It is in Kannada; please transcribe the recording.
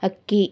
ಅಕ್ಕಿ